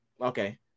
Okay